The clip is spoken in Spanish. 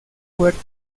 fuerte